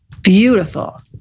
Beautiful